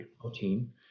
protein